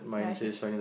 ya she's